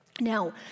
Now